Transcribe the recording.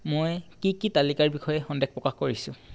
মই কি কি তালিকাৰ বিষয়ে সন্দেহ প্ৰকাশ কৰিছোঁ